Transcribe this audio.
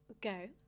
Go